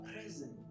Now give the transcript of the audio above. present